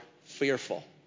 fearful